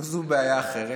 אבל זו בעיה אחרת.